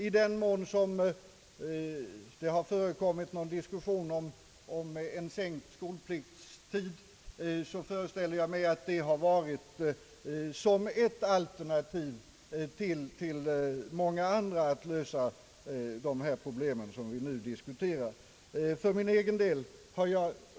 I den mån det har förekommit någon diskussion om en sänkning av skolpliktsåldern föreställer jag mig att det har varit som ett alternativ bland många att lösa det problem vi nu diskuterar.